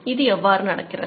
இது எவ்வாறு நிர்ணயிக்கிறது